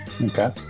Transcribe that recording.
Okay